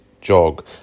jog